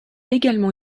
également